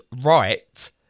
right